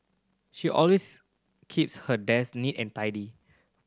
she always keeps her desk neat and tidy